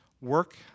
work